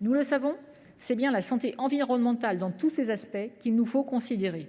Nous le savons, c’est bien la santé environnementale dans tous ses aspects qu’il nous faut considérer :